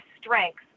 strengths